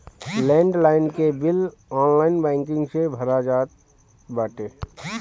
land line के bill online banking से भरा जात बाटे